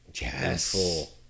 yes